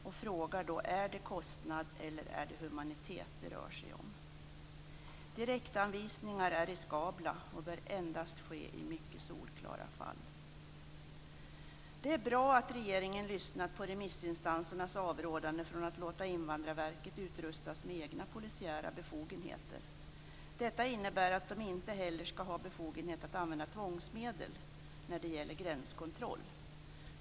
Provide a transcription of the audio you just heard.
Jag frågar då mig om det hela rör sig om humanitet eller om kostnad. Direktavvisningar är riskabla och bör endast ske i mycket solklara fall. Det är bra att regeringen lyssnar på remissinstansernas avrådande från att låta Invandrarverket utrustas med egna polisiära befogenheter. Detta innebär att verket inte heller skall ha befogenhet att använda tvångsmedel i gränskontroll.